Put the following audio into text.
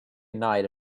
night